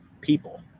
people